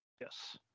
Yes